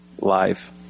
life